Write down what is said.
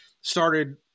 started